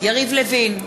יריב לוין,